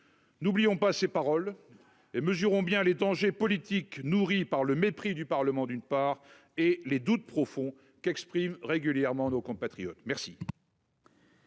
N'oublions pas ces paroles et mesurons bien les dangers politiques nourris par le mépris du Parlement, ainsi que les doutes profonds qu'expriment régulièrement nos compatriotes. Acte